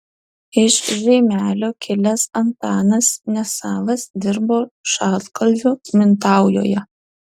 iš žeimelio kilęs antanas nesavas dirbo šaltkalviu mintaujoje